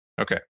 okay